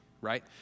right